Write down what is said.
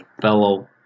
fellow